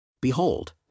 Behold